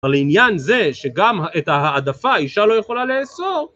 העניין זה שגם את ההעדפה האישה לא יכולה לאסור